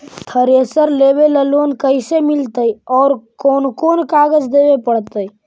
Thresher लेबे ल loan कैसे मिलतइ और कोन कोन कागज देबे पड़तै?